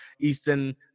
eastern